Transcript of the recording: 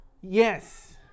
Yes